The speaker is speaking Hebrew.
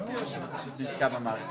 הגלעין.